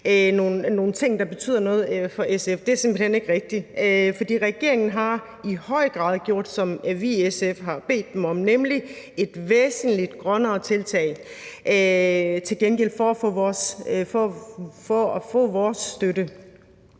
nogle ting, der betyder noget for SF, er simpelt hen ikke rigtigt. For regeringen har i høj grad gjort, som vi i SF har bedt den om, nemlig om at gøre et væsentlig grønnere tiltag til gengæld for at få vores støtte.